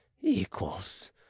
equals